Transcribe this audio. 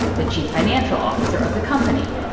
the chief financial officer of the company.